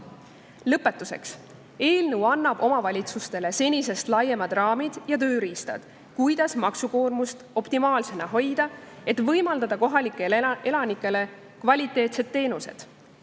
Lõpetuseks. Eelnõu annab omavalitsustele senisest laiemad raamid ja tööriistad, kuidas maksukoormust optimaalsena hoida, et võimaldada kohalikele elanikele kvaliteetseid teenuseid